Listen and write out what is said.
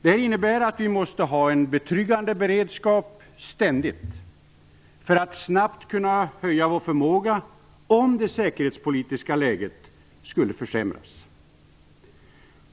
Det innebär att vi ständigt måste ha en betryggande beredskap för att snabbt kunna höja vår förmåga om det säkerhetspolitiska läget skulle försämras.